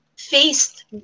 faced